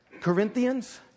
Corinthians